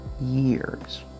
years